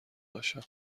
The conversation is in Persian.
باشم